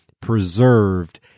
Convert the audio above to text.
preserved